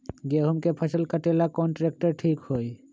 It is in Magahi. गेहूं के फसल कटेला कौन ट्रैक्टर ठीक होई?